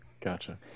Gotcha